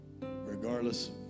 regardless